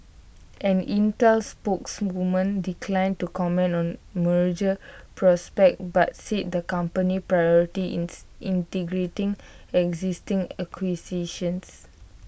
an Intel spokeswoman declined to comment on merger prospects but said the company's priority is integrating existing acquisitions